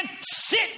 sit